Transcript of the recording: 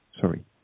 sorry